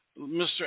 Mr